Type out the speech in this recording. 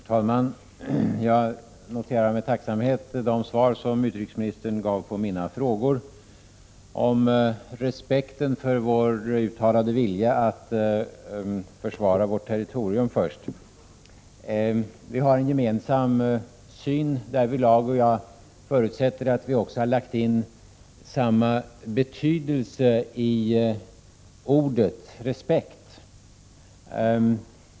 Herr talman! Jag noterar med tacksamhet de svar som utrikesministern gav på mina frågor. Om respekten för vår uttalade vilja att försvara vårt territorium vill jag först säga att vi har en gemensam syn därvidlag. Jag förutsätter också att vi har lagt in samma betydelse i ordet respekt.